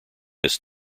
this